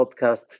podcast